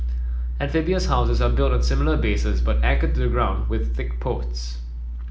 amphibious houses are built on similar bases but anchored the ground with thick posts